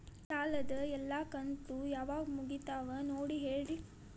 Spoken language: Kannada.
ಸಾಲದ ಎಲ್ಲಾ ಕಂತು ಯಾವಾಗ ಮುಗಿತಾವ ನೋಡಿ ಹೇಳ್ರಿ